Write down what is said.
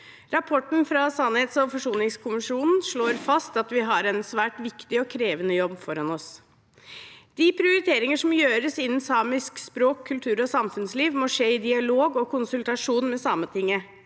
Rapporten fra sannhets- og forsoningskommisjonen slår fast at vi har en svært viktig og krevende jobb foran oss. De prioriteringer som gjøres innen samisk språk, kultur og samfunnsliv må skje i dialog og konsultasjon med Sametinget.